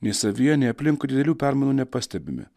nei savyje nei aplinkui didelių permainų nepastebime